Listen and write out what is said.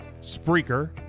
Spreaker